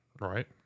Right